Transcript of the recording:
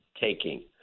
taking